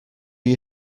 you